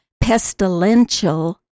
pestilential